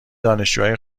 دانشجوهای